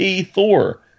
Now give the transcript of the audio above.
Thor